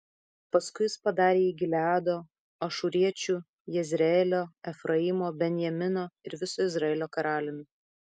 paskui jis padarė jį gileado ašūriečių jezreelio efraimo benjamino ir viso izraelio karaliumi